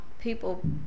people